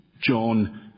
John